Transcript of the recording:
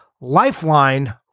Lifeline